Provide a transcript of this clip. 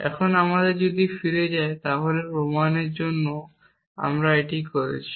এখন আপনি যদি ফিরে যান তাহলে প্রমাণের জন্য আমরা এটি করেছি